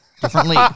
differently